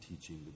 teaching